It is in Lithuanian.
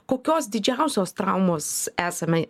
kokios didžiausios traumos esame